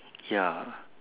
ya